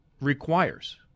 requires